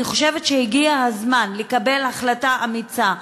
אני חושבת שהגיע הזמן לקבל החלטה אמיצה.